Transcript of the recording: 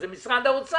זה משרד האוצר,